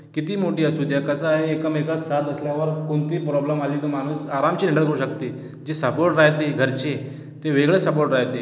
कितीही मोठी असू द्या कसं आहे एकामेकांस साथ असल्यावर कोणतेही प्रॉब्लेम आली तर माणूस आरामशीर हॅन्डल करू शकते जे सपोर्ट राहते घरचे ते वेगळंच सपोर्ट राहते